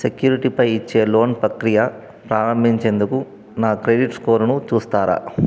సెక్యూరిటీపై ఇచ్చే లోన్ ప్రక్రియ ప్రారంభించేందుకు నా క్రెడిట్ స్కోరును చూస్తారా